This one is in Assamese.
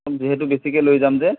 যিহেতু বেছিকে লৈ যাম যে